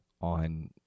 on